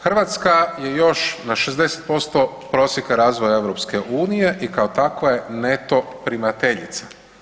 Hrvatska je još na 60% prosjeka razvoja EU i kao takva je neto primateljica.